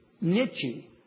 Nietzsche